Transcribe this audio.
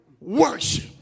worship